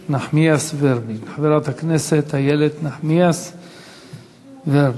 חברת הכנסת איילת נחמיאס ורבין.